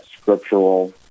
scriptural